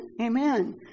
Amen